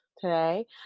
today